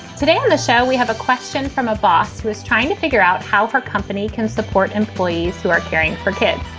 today on the show, we have a question from a boss who is trying to figure out how her company can support employees who are caring for kids.